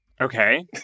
Okay